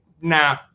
Nah